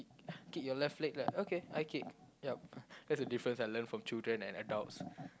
kick your left leg lah okay I kick ya that's the difference I learn from children and adults